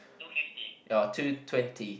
or two twenty